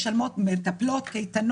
יש הוצאות תפעוליות וארגוניות שונות,